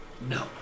No